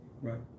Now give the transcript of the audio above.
Right